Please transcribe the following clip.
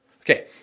Okay